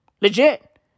Legit